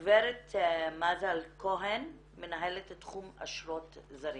גברת מזל כהן מנהלת תחום אשרות זרים,